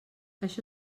això